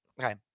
okay